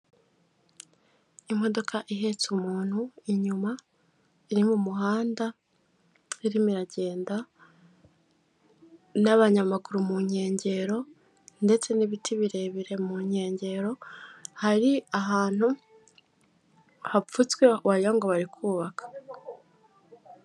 Imodoka ihetse umuntu inyuma iri mu muhanda iragenda, n'abanyamaguru mu nkengero ndetse n'ibiti birebire mu nkengero; hari ahantu hapfutswe wagirango bari kubaka.